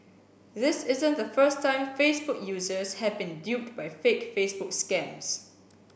this isn't the first time Facebook users have been duped by fake Facebook scams